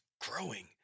growing